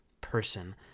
person